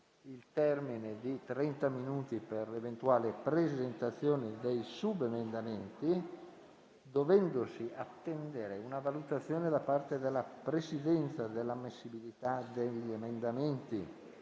il termine di trenta minuti per l'eventuale presentazione dei subemendamenti. Dovendosi attendere una valutazione da parte della Presidenza sull'ammissibilità degli emendamenti